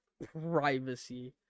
privacy